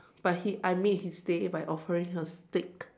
but he I made his day by offering a stick